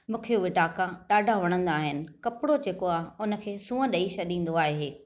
मूंखे उहे टांका ॾाढा वणंदा आहिनि कपिड़ो जेको आहे हुनखे सूंहं ॾेई छॾींदो आहे